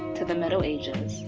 to the middle ages